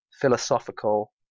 philosophical